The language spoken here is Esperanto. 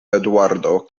eduardo